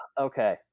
Okay